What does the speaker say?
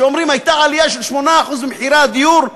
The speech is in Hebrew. שאומרים: הייתה עלייה של 8% במחירי הדיור,